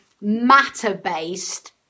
matter-based